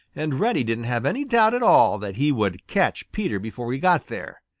and reddy didn't have any doubt at all that he would catch peter before he got there.